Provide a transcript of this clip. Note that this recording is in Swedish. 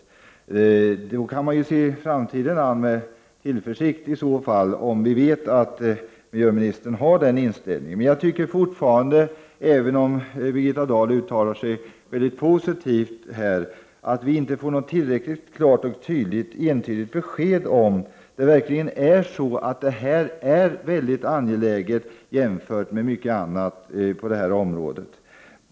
I så fall kan man se framtiden an med tillförsikt — om vi vet att miljöministern har den inställningen. Men jag tycker fortfarande, även om Birgitta Dahl här uttalar sig mycket positivt, att vi inte får något tillräckligt klart och entydigt besked om att detta verkligen är väldigt angeläget jämfört med mycket annat på det här området.